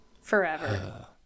Forever